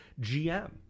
GM